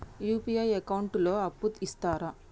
UPI account లో అప్పు ఇస్తరా?